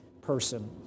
person